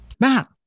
Matt